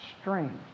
strength